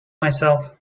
myself